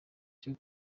cyo